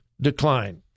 decline